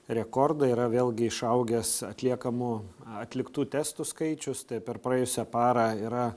rekordą yra vėlgi išaugęs atliekamų atliktų testų skaičius per praėjusią parą yra